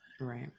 right